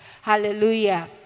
Hallelujah